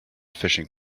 fishing